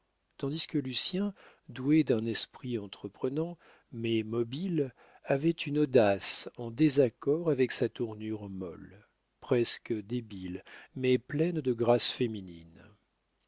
tandis que lucien doué d'un esprit entreprenant mais mobile avait une audace en désaccord avec sa tournure molle presque débile mais pleine de grâces